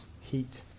heat